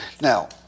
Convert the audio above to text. Now